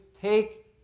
take